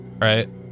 right